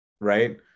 right